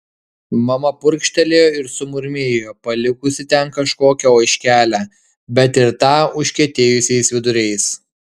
mama purkštelėjo ir sumurmėjo palikusi ten kažkokią ožkelę bet ir tą užkietėjusiais viduriais